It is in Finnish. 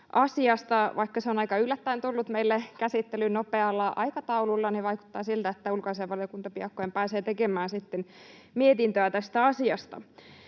Vaikka se on aika yllättäen tullut meille käsittelyyn, nopealla aikataululla, niin vaikuttaa siltä, että ulkoasiainvaliokunta piakkoin pääsee sitten tekemään mietintöä tästä asiasta.